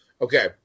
okay